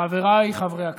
חבריי חברי הכנסת,